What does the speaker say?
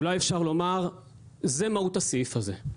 אולי אפשר לומר שזו מהות הסעיף הזה.